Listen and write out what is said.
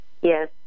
Yes